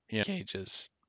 cages